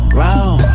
round